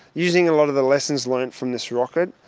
using a lot of the lessons learned from this rocket,